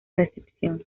recepción